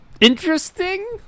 interesting